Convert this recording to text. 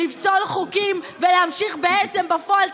לפסול חוקים ולהמשיך בעצם בפועל,